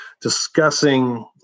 discussing